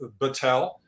Battelle